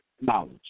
knowledge